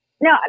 no